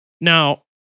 Now